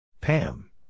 Pam